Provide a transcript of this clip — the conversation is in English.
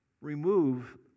remove